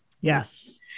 yes